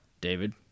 David